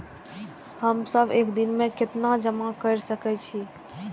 हम सब एक दिन में केतना जमा कर सके छी?